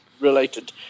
related